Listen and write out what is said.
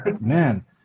man